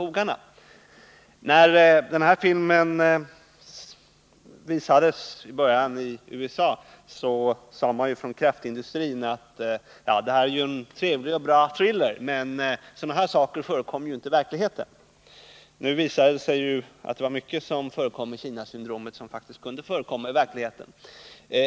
I början när denna film visades i USA sade man från kraftindustrin att detta är en trevlig och bra thriller men att sådana saker inte förekommer i verkligheten. Nu visade det sig ju att det var mycket som förekom i Kinasyndromet som faktiskt kunde förekomma i verkligheten.